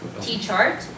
T-chart